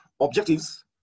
objectives